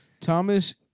Thomas